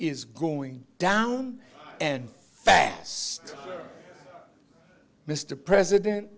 is going down and fast mr president